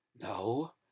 No